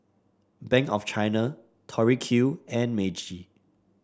Bank of China Tori Q and Meiji